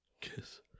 kiss